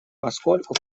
поскольку